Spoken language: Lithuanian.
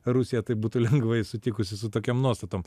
rusija taip būtų lengvai sutikusi su tokiom nuostatom